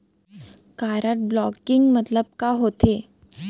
Card blocking मतलब का होथे?